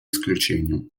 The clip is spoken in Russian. исключением